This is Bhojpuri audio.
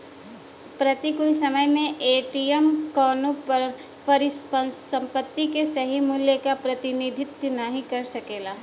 प्रतिकूल समय में एम.टी.एम कउनो परिसंपत्ति के सही मूल्य क प्रतिनिधित्व नाहीं कर सकला